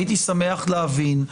הייתי שמח להבין.